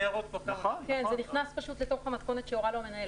נסמך פשוט לתוך המתכונת שהורה לו המנהל,